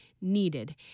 needed